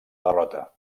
derrota